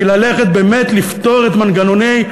כי ללכת באמת לפתור את מנגנוני,